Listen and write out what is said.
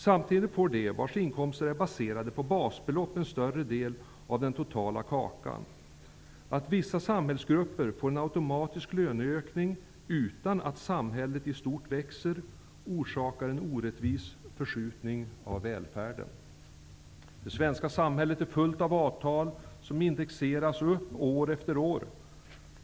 Samtidigt får de vars inkomster är baserade på basbelopp en större del av den totala kakan. Att vissa samhällsgrupper får en automatisk löneökning, utan att samhället i stort växer, orsakar en orättvis förskjutning av välfärden. Det svenska samhället är fullt av avtal som indexeras upp år efter år.